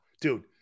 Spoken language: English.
Dude